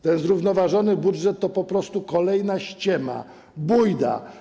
Ten zrównoważony budżet to po prostu kolejna ściema, bujda.